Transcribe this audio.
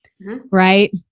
Right